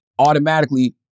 Automatically